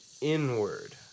inward